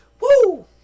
Woo